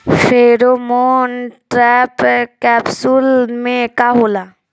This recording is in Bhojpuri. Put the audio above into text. फेरोमोन ट्रैप कैप्सुल में का होला?